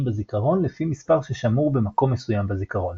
בזיכרון לפי מספר ששמור במקום מסוים בזיכרון.